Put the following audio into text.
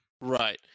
Right